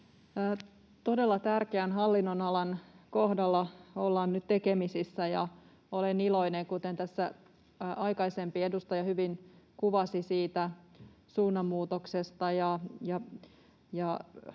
Todella tärkeän hallinnonalan kohdalla ollaan nyt tekemisissä, ja olen iloinen, kuten tässä aikaisempi edustaja hyvin kuvasi, siitä suunnanmuutoksesta